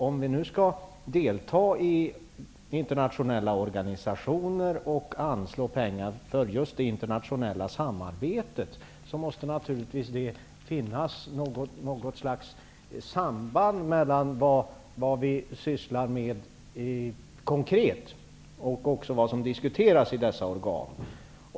Om vi nu skall delta i internationella organisationer och anslå pengar för just det internationella samarbetet, måste det naturligtvis finnas något slags samband mellan vad vi konkret sysslar med och vad som diskuteras i dessa organ.